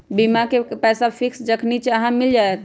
बीमा के पैसा फिक्स जखनि चाहम मिल जाएत?